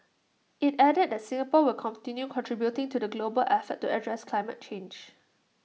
IT added that Singapore will continue contributing to the global effort to address climate change